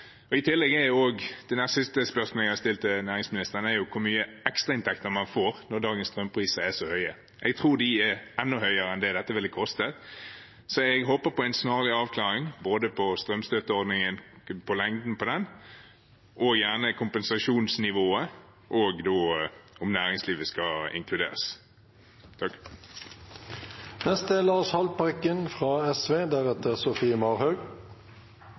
næringsministeren, om hvor mye ekstrainntekter man får når dagens strømpriser er så høye. Jeg tror de er enda høyere enn det dette ville koste. Så jeg håper på en snarlig avklaring, når det gjelder både lengden på strømstøtteordningen og gjerne kompensasjonsnivået, og om næringslivet skal inkluderes.